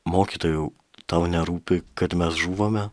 mokytojau tau nerūpi kad mes žūvame